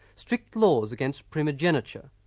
strict laws against primogeniture,